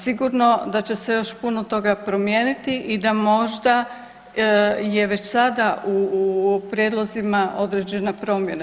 Sigurno da će se još puno toga promijeniti i da možda je već sada u prijedlozima određene promjene.